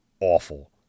awful